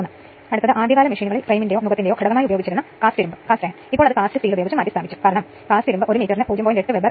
അതിനാൽ ഇൻസ്ട്രുമെന്റലിന്റെ അളവു രേഖപ്പെടുത്തൽ വോൾട്ട്മീറ്റർ റീഡിംഗ് 13